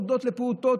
עובדות לפרוטות,